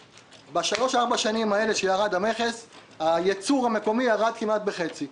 בשלוש ארבע השנים שבהן ירד המכס הייצור המקומי ירד כמעט בחצי,